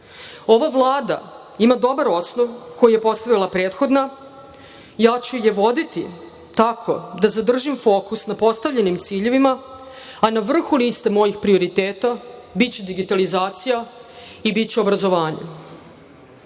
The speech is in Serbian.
Ova Vlada ima dobar osnov koji je postavila prethodna i ja ću je voditi tako da zadržim fokus na postavljenim ciljevima, a na vrhu liste mojih prioriteta biće digitalizacija i biće obrazovanje. Moramo